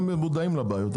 הם מודעים לבעיות האלה.